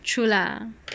true lah